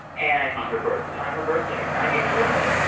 and. on her birthday on her birthday, her ninetieth birthday.